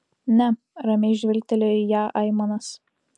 ne ramiai žvilgtelėjo į ją aimanas